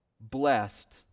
blessed